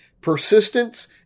Persistence